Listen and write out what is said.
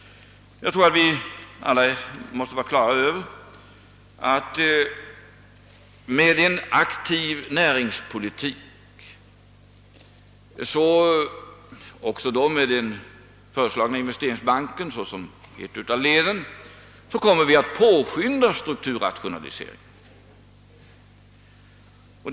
Jag tror att vi måste vara på det klara med att med en aktiv näringspolitik, med den föreslagna investeringsbanken som ett av leden, kommer vi att påskynda strukturrationaliseringen.